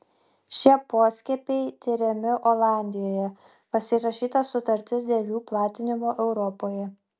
šie poskiepiai tiriami olandijoje pasirašyta sutartis dėl jų platinimo europoje